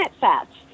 fats